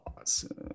Awesome